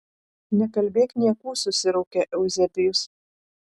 nekalbėk niekų susiraukė euzebijus